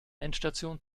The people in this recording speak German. endstation